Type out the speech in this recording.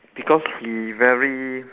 because he very